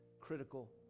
critical